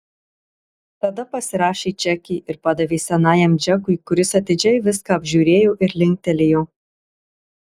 tada pasirašė čekį ir padavė senajam džekui kuris atidžiai viską apžiūrėjo ir linktelėjo